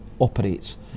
operates